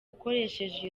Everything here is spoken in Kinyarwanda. ukoresheje